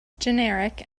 generic